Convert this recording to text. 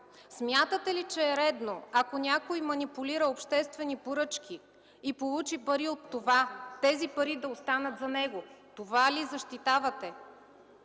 Смятате ли, че е редно, ако някой манипулира обществени поръчки и получи пари от това, тези пари да останат за него? Това ли защитавате?